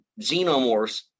xenomorphs